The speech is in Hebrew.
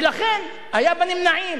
ולכן היה בנמנעים.